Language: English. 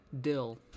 Dill